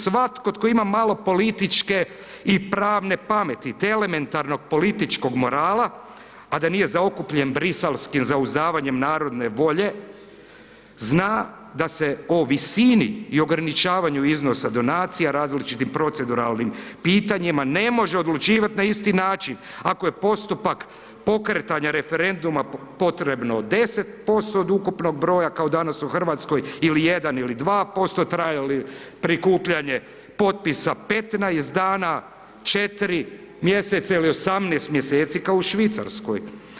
Svatko tko ima malo političke i pravne pameti, te elementarnog političkog morala, a da nije zaokupljen Briselskim zauzdavanjem narodne volje, zna da se o visini i ograničavanju iznosa donacija, različitim proceduralnim pitanjima, ne može odlučivati na isti način, ako je postupak pokretanja referenduma potrebno 10% od ukupnog broja, kao danas u RH, ili 1 ili 2%, traje li prikupljanje potpisa 15 dana, 4 mjeseca ili 18 mjeseci kao u Švicarskoj.